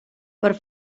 per